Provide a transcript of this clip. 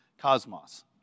cosmos